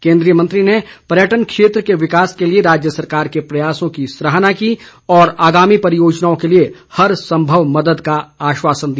केंद्रीय मंत्री ने पर्यटन क्षेत्र के विकास के लिए राज्य सरकार के प्रयासों की सराहना की और आगामी परियोजनाओं के लिए हर संभव मदद का आश्वासन दिया